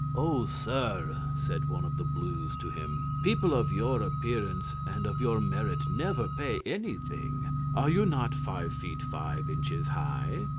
oh, sir, said one of the blues to him, people of your appearance and of your merit never pay anything are you not five feet five inches high?